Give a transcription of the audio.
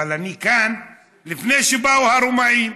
אבל אני כאן לפני שבאו הרומאים,